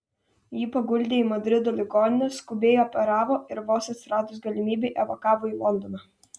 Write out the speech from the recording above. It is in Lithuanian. jį paguldė į madrido ligoninę skubiai operavo ir vos atsiradus galimybei evakavo į londoną